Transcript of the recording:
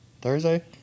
Thursday